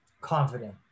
confident